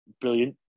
Brilliant